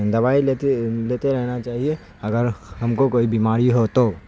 دوائی لیتے لیتے رہنا چاہیے اگر ہم کو کوئی بیماری ہو تو